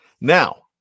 Now